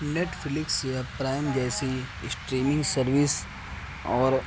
net flicks یا Prime جیسی streaming service اور